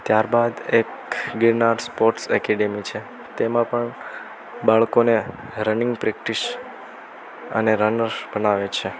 ત્યારબાદ એક Girnar sports academy છે તેમા પણ બાળકો ને રનિંગ પ્રૅક્ટિસ અને રનર્સ બનાવે છે